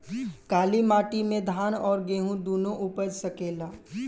काली माटी मे धान और गेंहू दुनो उपज सकेला?